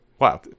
Wow